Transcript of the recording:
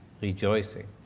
rejoicing